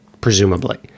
presumably